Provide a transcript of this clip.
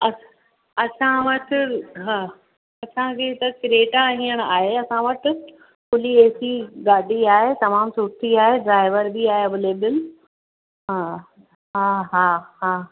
अ असां वटि हा असांखे हिकु क्रेटा हींअर आहे असां वटि फ़ुली ए सी गाॾी आहे तमामु सुठी आहे ड्राइवर बि आहे अवेलेबल हा हा हा हा